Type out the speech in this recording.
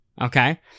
okay